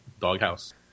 doghouse